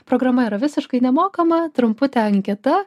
programa yra visiškai nemokama trumputė anketa